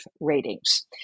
ratings